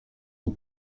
aux